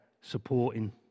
supporting